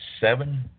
Seven